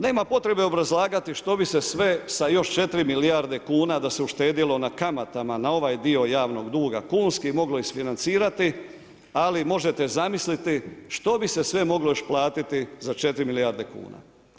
Nema potrebe obrazlagati što bi se sve sa još 4 milijarde kuna da se uštedilo na kamatama na ovaj dio javnog duga kunski moglo isfinancirati, ali možete zamisliti što bi se sve moglo još platiti za 4 milijarde kuna.